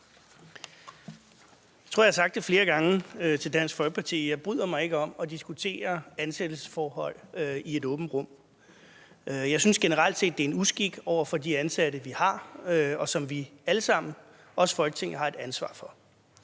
Jeg tror, jeg har sagt flere gange til Dansk Folkeparti, at jeg ikke bryder mig om at diskutere ansættelsesforhold i et åbent rum. Jeg synes generelt set, at det er unfair over for de ansatte, vi har, og som vi alle sammen, også Folketinget, har et ansvar for.